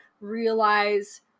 realize